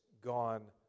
gone